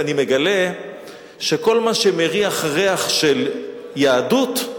אני מגלה שכל מה שמריח ריח של יהדות,